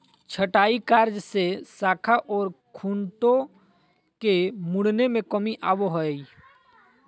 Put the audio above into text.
छंटाई कार्य से शाखा ओर खूंटों के मुड़ने में कमी आवो हइ